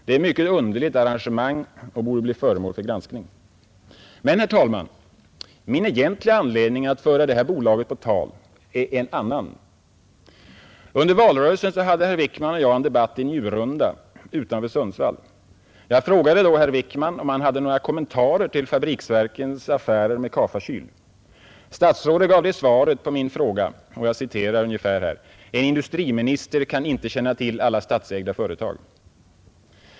Det är ett mycket underligt arrangemang som borde bli föremål för granskning. Men, herr talman, min egentliga anledning att föra det här bolaget på tal är en annan. Under valrörelsen hade herr Wickman och jag en debatt i Njurunda utanför Sundsvall. Jag frågade då herr Wickman om han hade några kommentarer till Fabriksverkens affärer med Ka-Fa Kyl. Statsrådet gav det svaret på min fråga att ”en industriminister kan inte känna till alla statsägda företag”.